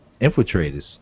infiltrators